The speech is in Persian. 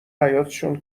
حیاطشون